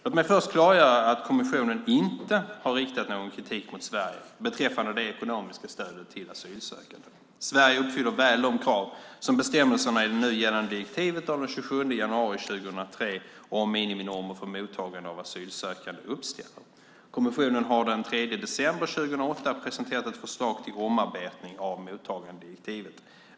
Låt mig först klargöra att kommissionen inte har riktat någon kritik mot Sverige beträffande det ekonomiska stödet till asylsökande. Sverige uppfyller väl de krav som bestämmelserna i det nu gällande direktivet av den 27 januari 2003 om miniminormer för mottagande av asylsökande uppställer. Kommissionen har den 3 december 2008 presenterat ett förslag till omarbetning av mottagandedirektivet.